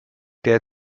der